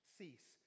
cease